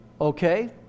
okay